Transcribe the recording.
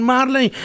Marley